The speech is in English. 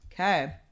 Okay